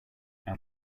out